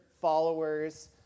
followers